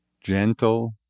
gentle